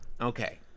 Okay